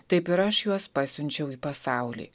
taip ir aš juos pasiunčiau į pasaulį